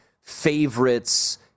favorites